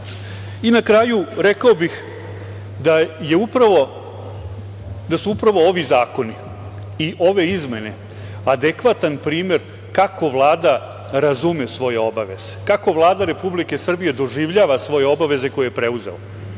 kraju, rekao bih da su upravo ovi zakoni i ove izmene adekvatan primer kako Vlada razume svoje obaveze, kako Vlada Republike Srbije doživljava svoje obaveze koje je preuzela,